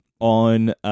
on